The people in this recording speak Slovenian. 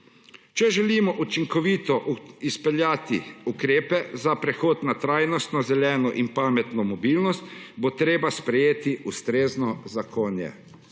Če želimo učinkovito izpeljati ukrepe za prehod na trajnostno zeleno in pametno mobilnost, bo treba sprejeti ustrezno zakonje.